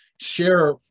share